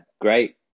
great